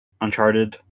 Uncharted